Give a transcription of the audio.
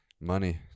Money